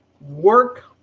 work